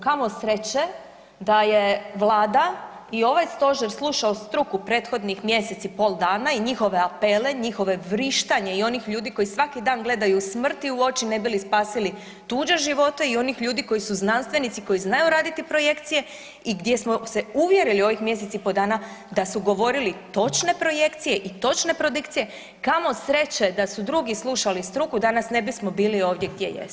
Kamo sreće da je Vlada i ovaj stožer slušao struku prethodnih mjesec i pol dana i njihove apele, njihove vrištanje i onih ljudi koji svaki dan gledaju smrti u oči ne bi li spasili tuđe živote i onih ljudi koji su znanstvenici koji znaju raditi projekcije i gdje smo se uvjerili u ovih mjesec i pol dana da su govorili točne projekcije i točne …/nerazumljivo/… kamo sreće da su drugi slušali struku danas ne bismo bili ovdje gdje jesmo.